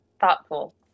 thoughtful